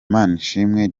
manishimwe